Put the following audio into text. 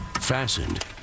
Fastened